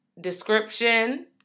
description